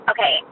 Okay